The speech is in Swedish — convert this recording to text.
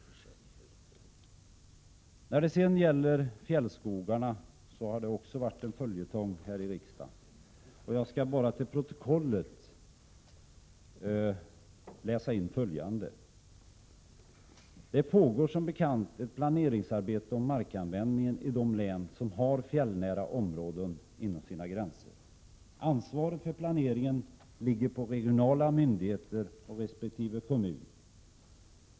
Fjällskogarna har också varit en följetong här i riksdagen, och jag skall bara till protokollet läsa in följande: Det pågår som bekant ett planeringsarbete i fråga om markanvändningen i de län som har fjällnära områden inom sina gränser. Ansvaret för planeringen ligger på regionala myndigheter och resp. kommun.